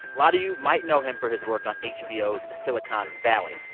lot of you might know him for his work on hbo's silicon valley.